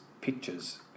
pictures